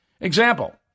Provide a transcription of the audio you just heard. Example